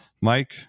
Mike